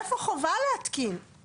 איפה חובה להתקין?